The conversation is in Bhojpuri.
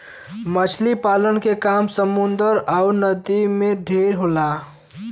मछरी पालन के काम समुन्दर अउर नदी में ढेर होला